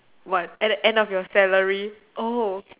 one at the end of your salary oh